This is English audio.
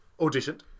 auditioned